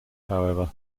however